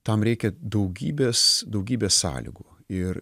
tam reikia daugybės daugybės sąlygų ir